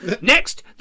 Next